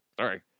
Sorry